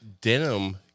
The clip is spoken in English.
denim